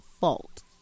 fault